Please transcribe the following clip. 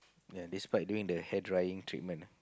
ya despite doing the hair drying treatment ah